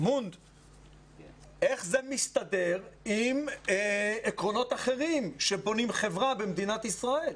מונד מסתדרים עם עקרונות אחרים שבונים חברה במדינת ישראל.